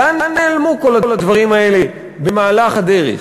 לאן נעלמו כל הדברים האלה במהלך הדרך?